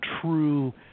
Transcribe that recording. true